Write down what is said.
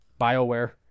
Bioware